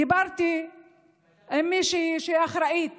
דיברתי עם מישהי שאחראית